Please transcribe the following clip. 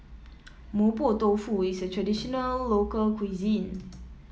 Mapo Tofu is a traditional local cuisine